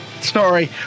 sorry